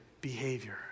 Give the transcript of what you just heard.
behavior